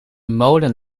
molen